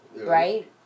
Right